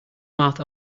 mouth